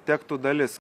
tektų dalis